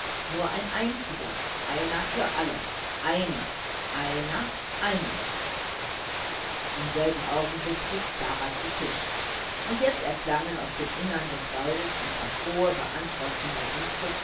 nur ein einziger einer für alle einer einer einer im selben augenblick rief klara zu tisch und jetzt erklangen aus dem innern des waldes ein paar frohe beantwortende rufe